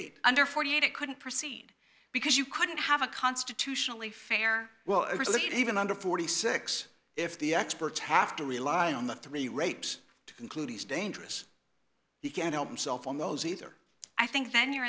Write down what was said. eight under forty eight it couldn't proceed because you couldn't have a constitutionally fair well really even under forty six if the experts have to rely on the three rapes to conclude he's dangerous he can't help himself on those either i think then you're